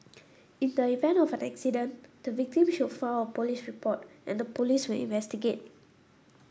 in the event of an accident the victim should file a police report and the Police will investigate